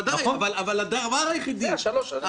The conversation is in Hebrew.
ודאי, אבל הדבר היחידי --- בסדר, שלוש שנים.